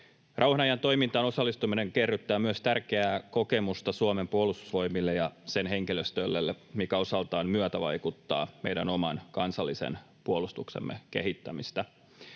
Rauhan ajan toimintaan osallistuminen kerryttää myös tärkeää kokemusta Suomen puolustusvoimille ja sen henkilöstölle, mikä osaltaan myötävaikuttaa meidän oman kansallisen puolustuksemme kehittämiseen.